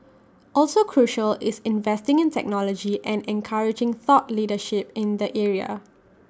also crucial is investing in technology and encouraging thought leadership in the area